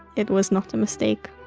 it was not a mistake.